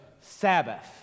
Sabbath